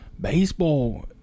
Baseball